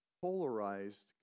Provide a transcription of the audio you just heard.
polarized